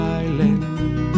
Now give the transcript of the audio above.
island